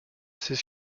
ces